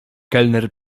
kelner